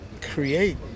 create